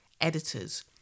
editors